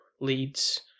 leads